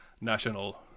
national